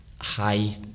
high